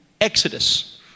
Exodus